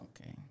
okay